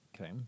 Okay